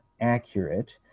accurate